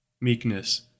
Meekness